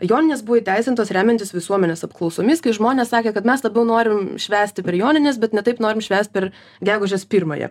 joninės buvo įteisintos remiantis visuomenės apklausomis kai žmonės sakė kad mes labiau norim švęsti per jonines bet ne taip norim švęst per gegužės pirmąją